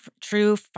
true